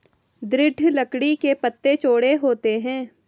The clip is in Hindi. दृढ़ लकड़ी के पत्ते चौड़े होते हैं